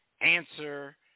answer